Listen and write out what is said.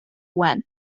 when